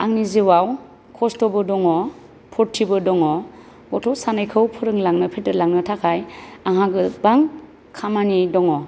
आंनि जिउवाव खस्थ'बो दङ फुरतिबो दङ गथ' सानैखौ फोरोंलांनो फेदेरलांनो थाखाय आंहा गोबां खामानि दङ